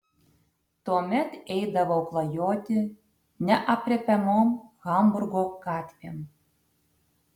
tuomet eidavau klajoti neaprėpiamom hamburgo gatvėm